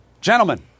Gentlemen